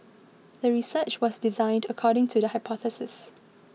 the research was designed according to the hypothesis